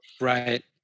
right